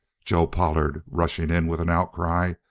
joe pollard, rushing in with an outcry,